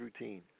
routine